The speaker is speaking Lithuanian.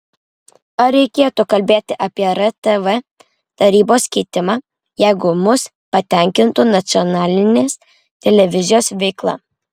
ar reikėtų kalbėti apie rtv tarybos keitimą jeigu mus patenkintų nacionalinės televizijos veikla